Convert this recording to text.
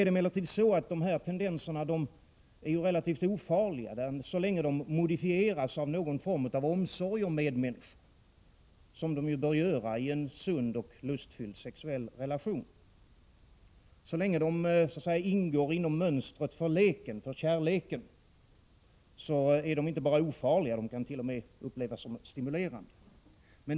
De här tendenserna är emellertid relativt ofarliga så länge de modifieras av någon form av omsorg om medmänniskan, som de bör göra i en sund och lustfylld sexuell relation. Så länge de så att säga ingår i mönstret för leken, för kärleken, är de inte bara ofarliga utan kan t.o.m. upplevas som stimulerande.